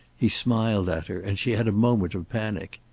he smiled at her, and she had a moment of panic.